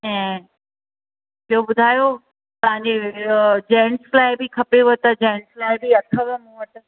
ऐं ॿियो ॿुधायो तव्हांजे इहो जेंट्स लाइ बि खपेव त जेंट्स लाइ बि अथव मूं वटि